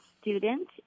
student